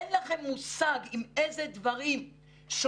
אין לכם מושג עם איזה דברים שונים